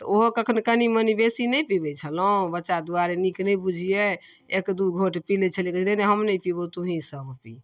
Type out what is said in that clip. तऽ ओहो कखनो कनि मनि बेसी नहि पिबै छलहुँ बच्चा दुआरे नीक नहि बुझिए एक दुइ घोँट पीबि लै छलिए कहै छलिए हम नहि पिबौ तू ही सब पी